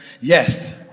Yes